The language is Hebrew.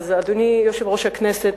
אדוני יושב-ראש הכנסת,